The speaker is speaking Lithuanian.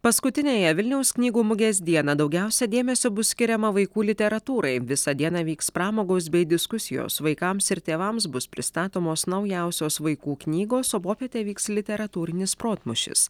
paskutiniąją vilniaus knygų mugės dieną daugiausiai dėmesio bus skiriama vaikų literatūrai visą dieną vyks pramogos bei diskusijos vaikams ir tėvams bus pristatomos naujausios vaikų knygos o popietę vyks literatūrinis protmūšis